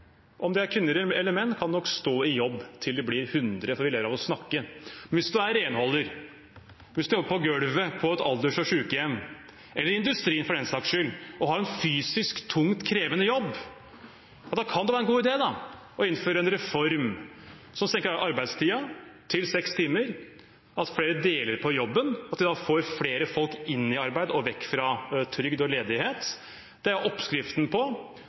kvinner eller menn, kan stå i jobb til de blir 100 år, for de lever av å snakke. Hvis man er renholder, hvis man jobber på gulvet på et alders- og sykehjem, eller i industrien for den saks skyld, og har en fysisk tung, krevende jobb, kan det være en god idé å innføre en reform som senker arbeidstiden til seks timer – at flere deler på jobben, og at vi får flere folk inn i arbeid og vekk fra trygd og ledighet. Det er oppskriften på